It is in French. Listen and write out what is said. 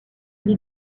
lie